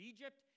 Egypt